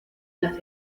las